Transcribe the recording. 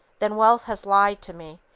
then wealth has lied to me,